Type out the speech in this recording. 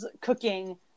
cooking